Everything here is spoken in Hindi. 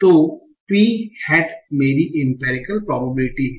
तो P हेट मेरी इंपेरिकल प्रोबेबिलिटी है